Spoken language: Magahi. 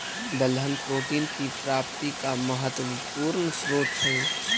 दलहन प्रोटीन की प्राप्ति का महत्वपूर्ण स्रोत हई